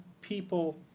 people